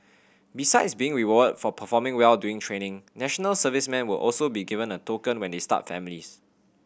besides being rewarded for performing well during training national servicemen will also be given a token when they start families